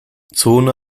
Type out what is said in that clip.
zone